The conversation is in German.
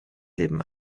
leben